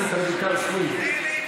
חברת הכנסת רויטל סויד,